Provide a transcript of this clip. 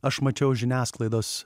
aš mačiau žiniasklaidos